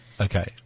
Okay